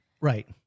Right